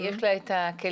יש לה את הכלים,